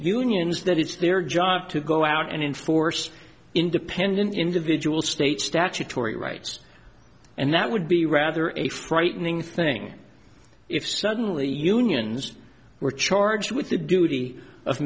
unions that it's their job to go out and enforce independent individual state statutory rights and that would be rather a frightening thing if suddenly unions were charged with the duty of